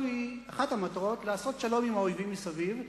אחת המטרות שלנו היא לעשות שלום עם האויבים מסביב,